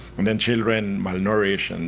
and then children malnourished.